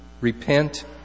repent